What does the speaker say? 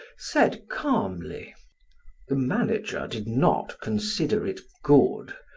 said calmly the manager did not consider it good,